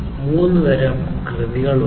മൂന്ന് തരം കൃതികളുണ്ട്